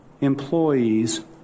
employees